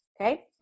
Okay